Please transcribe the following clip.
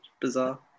Bizarre